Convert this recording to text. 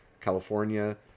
California